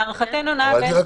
להערכתנו, זה נע בין